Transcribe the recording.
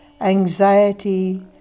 anxiety